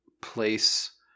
place